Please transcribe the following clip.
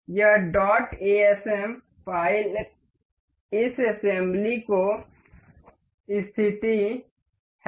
यह dot SSM file इस assembly की स्थिति है